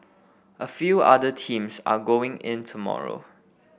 a few other teams are going in tomorrow